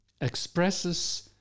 expresses